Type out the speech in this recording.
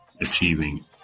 achieving